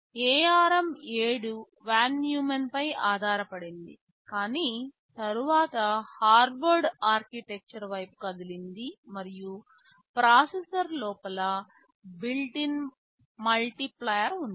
ARM7 von Neumann పై ఆధారపడింది కాని తరువాత హార్వర్డ్ ఆర్కిటెక్చర్స్ వైపు కదిలింది మరియు ప్రాసెసర్ లోపల బిల్ట్ ఇన్ మల్టిప్లైయెర్ ఉంది